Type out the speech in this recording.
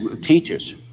teachers